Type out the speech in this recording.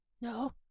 No